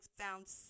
found